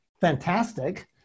fantastic